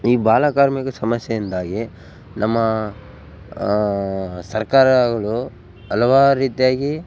ಈ ಬಾಲಕಾರ್ಮಿಕ ಸಮಸ್ಯೆಯಿಂದಾಗಿ ನಮ್ಮ ಸರ್ಕಾರ ಆಗ್ಲು ಹಲ್ವಾರು ರೀತಿಯಾಗಿ